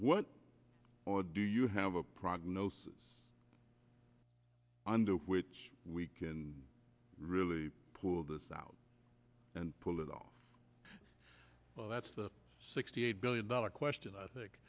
what more do you have a prognosis under which we can really pull this out and pull it off well that's the sixty eight billion dollar question i think